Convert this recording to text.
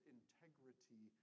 integrity